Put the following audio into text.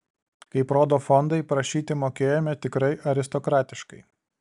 kaip rodo fondai prašyti mokėjome tikrai aristokratiškai